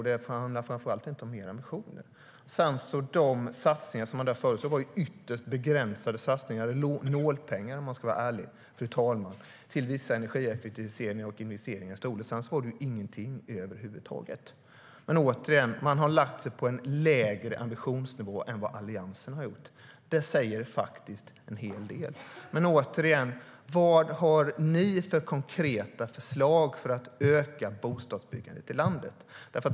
Det handlar framför allt inte om högre ambitioner. Vad har ni för konkreta förslag för att öka bostadsbyggandet i landet?